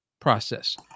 process